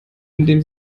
indem